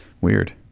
Weird